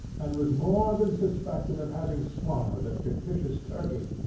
and was more than suspected of having swallowed a fictitious turkey,